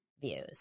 views